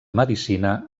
medicina